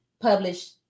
publish